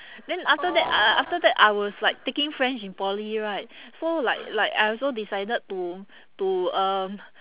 then after that after that I was like taking french in poly right so like like I also decided to to um